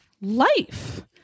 life